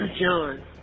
John